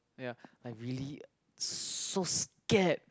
ya I really so scared